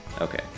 okay